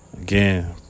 Again